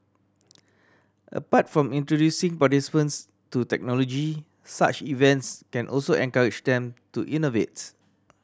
apart from introducing participants to technology such events can also encourage them to innovates